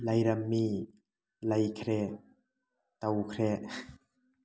ꯂꯩꯔꯝꯃꯤ ꯂꯩꯈ꯭ꯔꯦ ꯇꯧꯈ꯭ꯔꯦ